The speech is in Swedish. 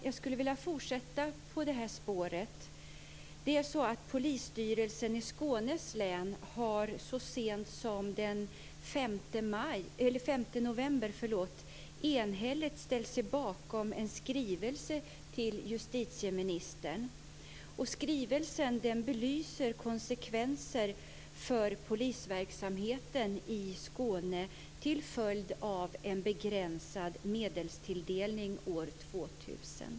Jag skulle vilja fortsätta på det här spåret. Polisstyrelsen i Skånes län har så sent som den 5 november enhälligt ställt sig bakom en skrivelse till justitieministern. Skrivelsen belyser konsekvenser för polisverksamheten i Skåne till följd av en begränsad medelstilldelning år 2000.